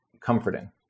comforting